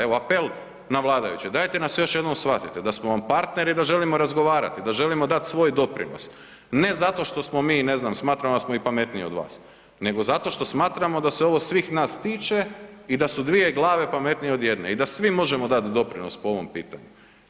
Evo apel na vladajuće, dajte nas još jednom shvatite da smo vam partneri, da želimo razgovarati, da želimo dat svoj doprinos ne zato što smo mi, ne znam, smatramo da smo pametniji od vas nego zato što smatramo da se ovo svih nas tiče i d su dvije glave pametnije od jedne i da svi možemo dat doprinos po ovom pitanju.